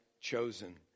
chosen